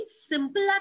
simple